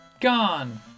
gone